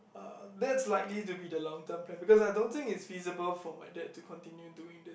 uh that's likely to be the long term plan because I don't think it's feasible for my dad to continue doing this